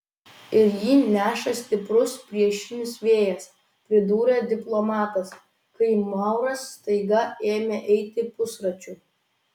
ir jį neša stiprus priešinis vėjas pridūrė diplomatas kai mauras staiga ėmė eiti pusračiu